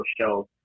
show